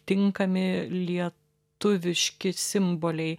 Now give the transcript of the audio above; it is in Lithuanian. tinkami lietuviški simboliai